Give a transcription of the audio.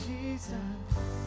Jesus